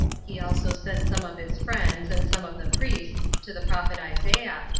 he also sent some of his friends, and some of the priests, to the prophet isaiah,